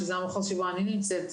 שזה המחוז שבו אני נמצאת,